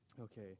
Okay